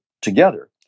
together